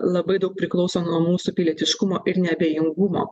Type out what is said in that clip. labai daug priklauso nuo mūsų pilietiškumo ir neabejingumo